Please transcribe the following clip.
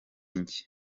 njye